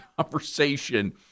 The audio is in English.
conversation